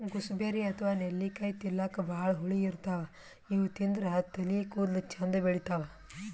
gooseberry ಅಥವಾ ನೆಲ್ಲಿಕಾಯಿ ತಿಲ್ಲಕ್ ಭಾಳ್ ಹುಳಿ ಇರ್ತವ್ ಇವ್ ತಿಂದ್ರ್ ತಲಿ ಕೂದಲ ಚಂದ್ ಬೆಳಿತಾವ್